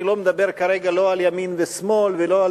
אני לא מדבר כרגע לא על ימין ושמאל ולא על